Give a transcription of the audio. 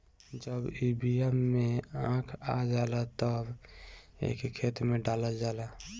जब ई बिया में आँख आ जाला तब एके खेते में डालल जाला